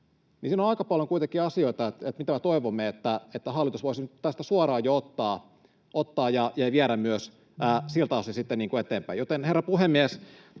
siinä on aika paljon kuitenkin asioita, mitä me toivomme, että hallitus voisi nyt tästä suoraan jo ottaa ja viedä myös siltä osin sitten eteenpäin.